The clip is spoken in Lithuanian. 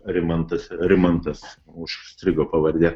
rimantas rimantas užstrigo pavardė